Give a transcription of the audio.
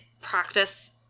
practice